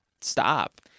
stop